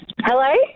hello